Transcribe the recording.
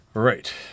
right